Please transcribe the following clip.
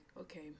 okay